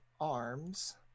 Arms